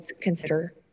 consider